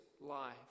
life